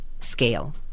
scale